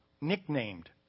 nicknamed